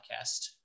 podcast